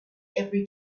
every